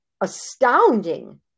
astounding